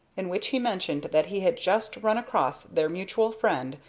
in which he mentioned that he had just run across their mutual friend,